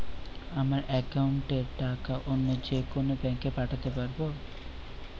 আমার একাউন্টের টাকা অন্য যেকোনো ব্যাঙ্কে পাঠাতে পারব?